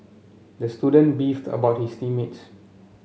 the student beefed about his team mates